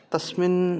तस्मिन्